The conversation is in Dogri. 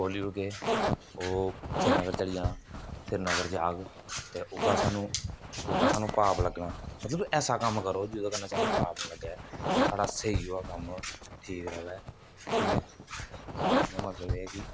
खोली ओड़गे ओह् श्रीनगर चली जाना श्रीनगर जाह्ग ते ओह्दा सानूं उलटा सानूं पाप लग्गना मतलब कि ऐसा कम्म करो जेह्दे कन्नै सानूं पाप नेईं लग्गै साढ़ा स्हेई जेह्ड़ा कम्म ठीक रवै ठीक ऐ तां गै आखने दा मतलब एह् ऐ कि